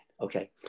okay